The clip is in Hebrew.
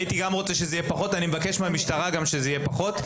הייתי רוצה שזה יהיה פחות ואני מבקש מהמשטרה שזה יהיה פחות,